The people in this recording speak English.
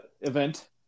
event